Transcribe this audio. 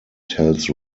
tells